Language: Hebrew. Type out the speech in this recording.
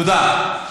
תודה.